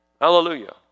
Hallelujah